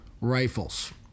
rifles